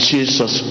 Jesus